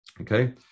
Okay